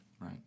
Right